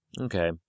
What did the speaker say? okay